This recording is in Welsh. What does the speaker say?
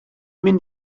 mynd